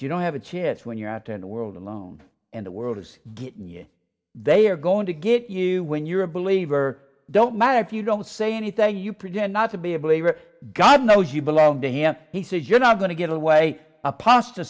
you don't have a chair when you're out in the world alone and the world is getting your they are going to get you when you're a believer don't matter if you don't say anything you present not to be a believer god now you belong to him and he says you're not going to give away a pasta